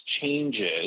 changes